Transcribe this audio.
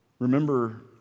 Remember